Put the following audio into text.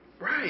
Right